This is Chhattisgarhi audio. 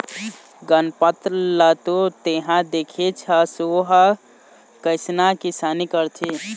गनपत ल तो तेंहा देखेच हस ओ ह कइसना किसानी करथे